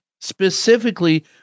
specifically